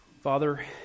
Father